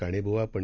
काणेब्वा पं